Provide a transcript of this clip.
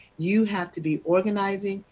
you have to be organizing,